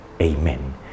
Amen